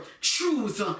truth